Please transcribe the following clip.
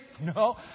No